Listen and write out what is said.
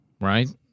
right